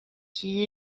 qui